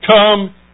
Come